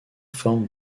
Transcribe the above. formes